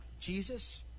Jesus